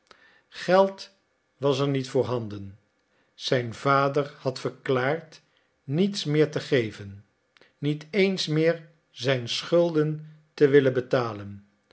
geld was er niet voorhanden zijn vader had verklaard niets meer te geven niet eens meer zijn schulden te willen betalen